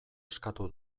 eskatu